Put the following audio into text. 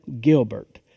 Gilbert